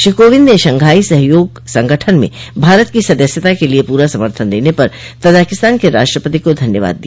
श्री कोविंद ने शंघाइ सहयोग संगठन में भारत की सदस्यता के लिए पूरा समथन देने पर तजाकिस्तान के राष्ट्रपति को धन्यवाद दिया